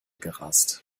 gerast